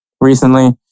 Recently